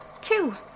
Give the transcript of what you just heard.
two